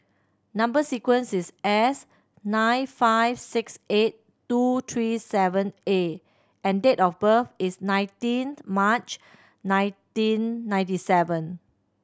number sequence is S nine five six eight two three seven A and date of birth is nineteenth March nineteen ninety seven